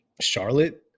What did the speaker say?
Charlotte